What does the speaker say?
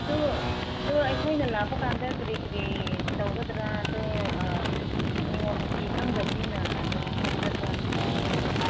ꯑꯗꯨ ꯑꯗꯨ ꯑꯩꯈꯣꯏꯅ ꯂꯥꯛꯄ ꯀꯥꯟꯗ ꯀꯔꯤ ꯀꯔꯤ ꯇꯧꯒꯗ꯭ꯔꯥ ꯑꯗꯨ ꯅꯤꯌꯣꯝ ꯅꯤꯇꯤ ꯈꯪꯗꯕꯅꯤꯅ ꯑꯗꯨꯝ ꯍꯪꯖꯕ ꯅꯉꯣꯟꯗ